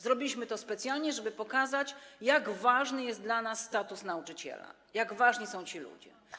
Zrobiliśmy to specjalnie, żeby pokazać, jak ważny jest dla nas status nauczyciela, jak ważni są ci ludzie.